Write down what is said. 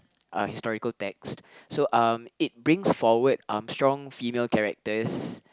uh historical text so um it brings forward um strong female characters